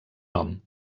nom